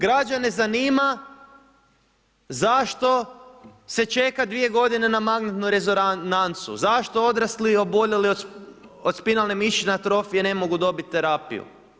Građane zanima, zašto se čeka 2 g. na magnetsku rezonancu, zašto odrasli oboljeli od spinalne mišićne atrofije, ne mogu dobiti terapiju.